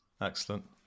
Excellent